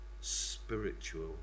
spiritual